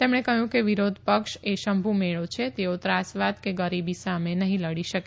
તેમણે કહ્યું કે વિરોધપક્ષ એ શંભુભેળો છે તેઓ ત્રાસવાદ કે ગરીબી સામે નહી લડી શકે